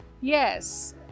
yes